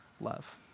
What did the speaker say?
love